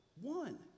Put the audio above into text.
one